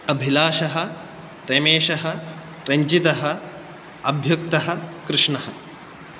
अभिलाषः रमेशः रञ्जितः अभ्युक्तः कृष्णः